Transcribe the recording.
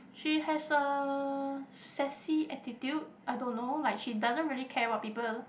she has a sexy attitude I don't know like she doesn't really care about people